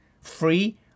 free